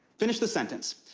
finish this sentence.